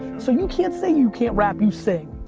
so you can't say, you can't rap, you sing.